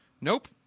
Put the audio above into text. Nope